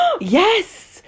Yes